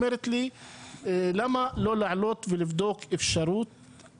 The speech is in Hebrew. אומרת לי למה לא לעלות ולבדוק אפשרות